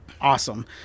awesome